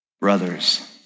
brothers